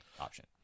option